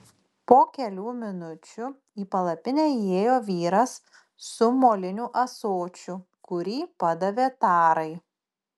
po kelių minučių į palapinę įėjo vyras su moliniu ąsočiu kurį padavė tarai